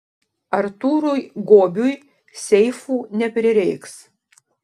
artūrui gobiui seifų neprireiks